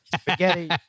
spaghetti